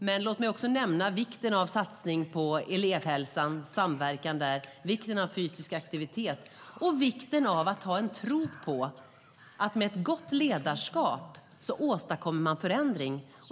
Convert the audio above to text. Men låt mig också nämna vikten av satsningar på elevhälsan och samverkan där, vikten av fysisk aktivitet och vikten av att ha en tro på att man med ett gott ledarskap åstadkommer förändring.